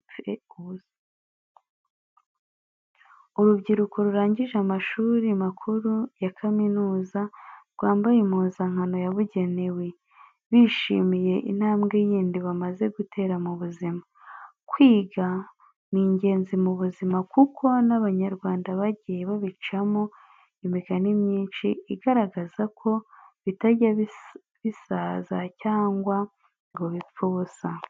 Urubyiruko rurangije amashuri makuru ya kaminuza rwambaye impuzankano yabugenewe, bishimiye intambwe yindi bamaze gutera mu buzima. Kwiga ni ingenzi mu buzima kuko n'Abanyarwanda bagiye babicamo imigani myinshi igaragaza ko bitajya bisaza cyangwa ngo bipfe ubusa.